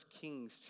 Kings